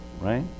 right